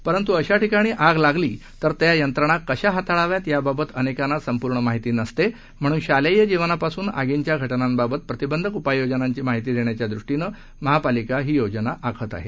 परंत् अशा ठिकाणी आग लागली तर त्या यंत्रणा कशा हाताळाव्यात याबाबत अनेकांना संपूर्ण माहिती नसते म्हणून शालेय जीवनापासून आर्गीच्या घटनांबाबत प्रतिबंधक उपाययोजनांची माहिती देण्याच्यादृष्टीनं महापालिका योजना आखत आहे